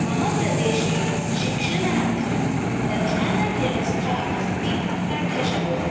मम प्रदेशे शिक्षणार्थं प्रधानव्यवस्था अस्ति पाठशाला